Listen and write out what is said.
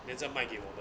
then 在卖给我